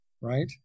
right